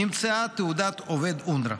נמצאה תעודת עובד של אונר"א.